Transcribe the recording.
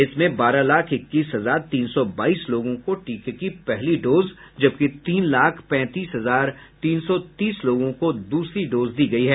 इसमें बारह लाख इक्कीस हजार तीन सौ बाईस लोगों को टीके की पहली डोज जबकि तीन लाख पैंतीस हजार तीन सौ तीस लोगों को दूसरी डोज दी गयी है